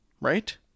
right